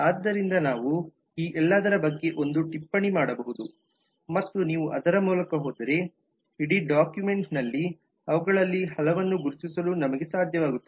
ಆದ್ದರಿಂದ ನಾವು ಈ ಎಲ್ಲದರ ಬಗ್ಗೆ ಒಂದು ಟಿಪ್ಪಣಿ ಮಾಡಬಹುದು ಮತ್ತು ನೀವು ಅದರ ಮೂಲಕ ಹೋದರೆ ಇಡೀ ಡಾಕ್ಯುಮೆಂಟ್ನಲ್ಲಿ ಅವುಗಳಲ್ಲಿ ಹಲವನ್ನು ಗುರುತಿಸಲು ನಮಗೆ ಸಾಧ್ಯವಾಗುತ್ತದೆ